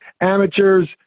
amateurs